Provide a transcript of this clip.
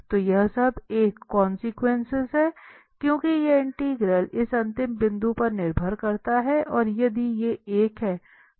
तो यह सब एक कोंसेकेंस हैं क्योंकि ये इंटीग्रल इस अंतिम बिंदु पर निर्भर करता हैं और यदि ये एक हैं तो ये इंटीग्रल 0 हैं